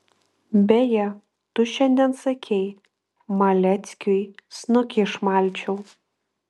beje tu šiandien sakei maleckiui snukį išmalčiau